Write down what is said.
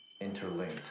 Interlinked